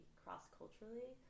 cross-culturally